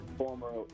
former